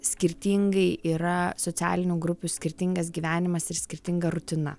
skirtingai yra socialinių grupių skirtingas gyvenimas ir skirtinga rutina